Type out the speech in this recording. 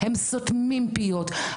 הם סותמים פיות.